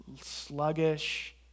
sluggish